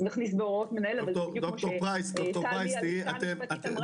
נכניס בהוראות מנהל בדיוק כמו שאמרה טל מהלשכה המשפטית.